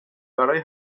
برای